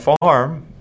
farm